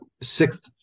sixth